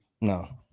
No